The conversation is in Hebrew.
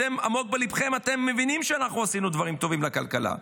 עמוק בליבכם אתם מבינים שאנחנו עשינו דברים טובים לכלכלה,